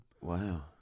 Wow